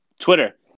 Twitter